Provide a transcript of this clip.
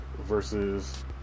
versus